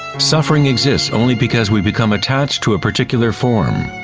suffering exists only because we become attached to a particular form.